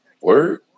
word